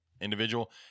individual